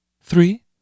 Three